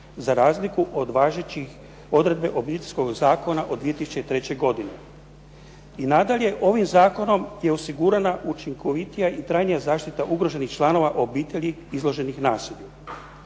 za razliku od važeće odredbe Obiteljskog zakona od 2003. godine. I nadalje, ovim zakonom je osigurana učinkovitija i trajnija zaštita ugroženih članova obitelji izloženih nasilju.